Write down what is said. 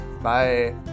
Bye